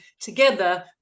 together